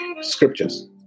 Scriptures